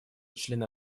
члены